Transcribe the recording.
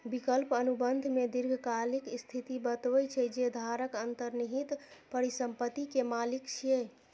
विकल्प अनुबंध मे दीर्घकालिक स्थिति बतबै छै, जे धारक अंतर्निहित परिसंपत्ति के मालिक छियै